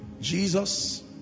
jesus